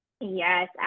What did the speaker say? Yes